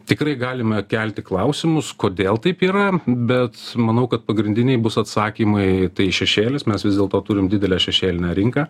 tikrai galime kelti klausimus kodėl taip yra bet manau kad pagrindiniai bus atsakymai tai šešėlis mes vis dėlto turim didelę šešėlinę rinką